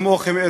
כמוכם,